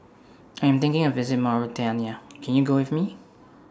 I Am thinking of visit Mauritania Can YOU Go with Me